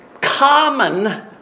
common